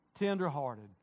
Tenderhearted